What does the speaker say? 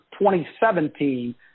2017